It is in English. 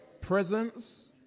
Presents